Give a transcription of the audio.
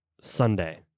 Sunday